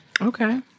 Okay